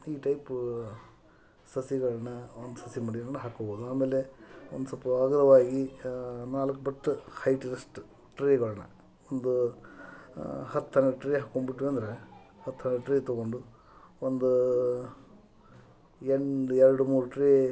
ಈ ಟೈಪ್ ಸಸಿಗಳನ್ನ ಒಂದು ಸಸಿ ಮಡಿಗಳನ್ನು ಹಾಕ್ಕೊಬೋದು ಆಮೇಲೆ ಒಂದು ಸ್ವಲ್ಪ ಅಗಲವಾಗಿ ನಾಲ್ಕು ಬಟ್ಟು ಹೈಟಿರೋಷ್ಟು ಟ್ರೇಗಳನ್ನಾ ಒಂದು ಹತ್ತು ಹನ್ನೆರಡು ಟ್ರೇ ಹಾಕ್ಕೊಂಬಿಟ್ವಂದ್ರೆ ಹತ್ತು ಹನ್ನೆರಡು ಟ್ರೇ ತಗೊಂಡು ಒಂದು ಎರಡು ಎರಡು ಮೂರು ಟ್ರೇ